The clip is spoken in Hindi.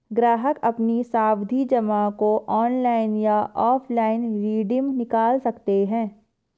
ग्राहक अपनी सावधि जमा को ऑनलाइन या ऑफलाइन रिडीम निकाल सकते है